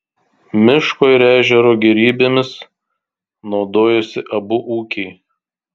miško ir ežero gėrybėmis naudojosi abu ūkiai